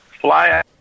fly